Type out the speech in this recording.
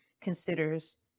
considers